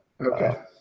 okay